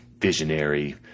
visionary